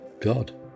God